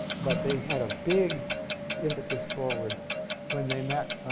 but they had a big impetus forward when they met